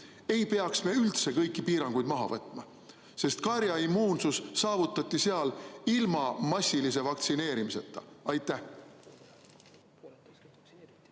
ei peaks üldse kõiki piiranguid maha võtma? Sest karjaimmuunsus saavutati seal ilma massilise vaktsineerimiseta. Aa,